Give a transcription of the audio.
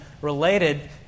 related